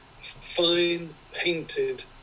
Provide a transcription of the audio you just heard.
fine-painted